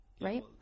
right